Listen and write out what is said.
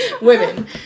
women